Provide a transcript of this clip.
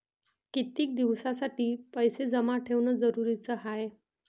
कितीक दिसासाठी पैसे जमा ठेवणं जरुरीच हाय?